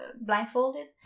blindfolded